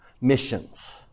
missions